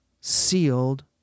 sealed